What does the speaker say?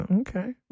okay